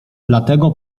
dlatego